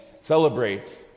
Celebrate